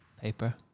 paper